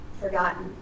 forgotten